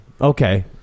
okay